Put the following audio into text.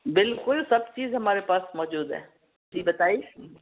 بالکل سب چیز ہمارے پاس موجود ہے جی بتائیے